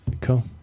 Cool